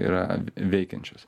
yra veikiančios